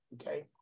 Okay